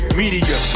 media